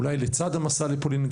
אולי לצד המסע לפולין,